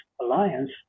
alliance